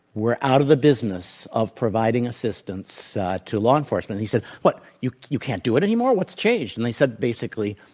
we're out of the business of providing assistance ah to law enforcement. and he said, what, you you can't do it anymore? what's changed? and they said, basically,